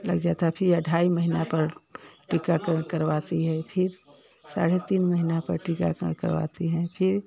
लग जाता है फिर ढाई महीना पर टीकाकरण करवाती हैं फिर साढ़े तीन महीना पर टीकाकरण करवाती है फिर